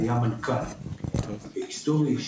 היה פה מנכ"ל פרה היסטורי,